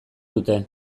dute